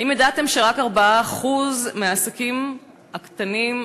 האם ידעתם שרק 4% מהעסקים הקטנים,